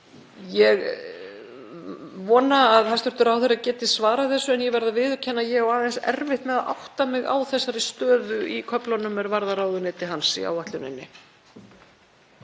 Ég vona að hæstv. ráðherra geti svarað þessu en ég verð að viðurkenna að ég á erfitt með að átta mig á þessari stöðu í köflunum er varða ráðuneyti hans í áætluninni.